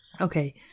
okay